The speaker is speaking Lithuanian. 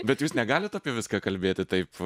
bet jūs negalit apie viską kalbėti taip